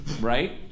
right